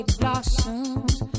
blossoms